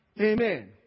Amen